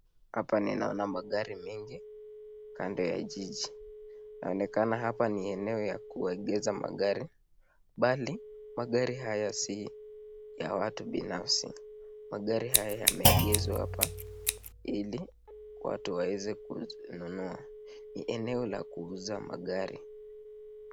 Hapa ninaona magari mingi , kando ya jiji inaonekana hapa ni eneo ya kuegeza magari, bali, magari haya sii ya watu binafsi, magari haya yameegezwa hapa ili watu waweze kununua , ni eneo la kuuza magari.